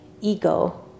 ego